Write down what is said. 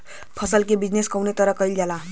फसल क बिजनेस कउने तरह कईल जाला?